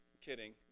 kidding